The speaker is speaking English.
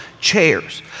chairs